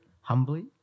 humbly